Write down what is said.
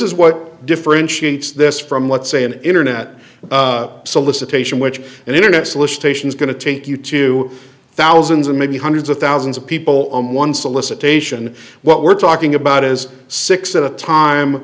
is what differentiates this from let's say an internet solicitation which an internet solicitations going to take you to thousands and maybe hundreds of thousands of people on one solicitation what we're talking about is six at a time